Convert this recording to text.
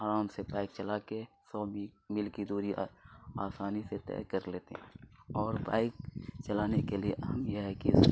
آرام سے بائک چلا کے سو میل کی دوری آسانی سے طے کر لیتے ہیں اور بائک چلانے کے لیے ہم یہ ہے کہ